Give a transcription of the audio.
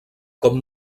com